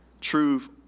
truth